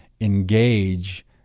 engage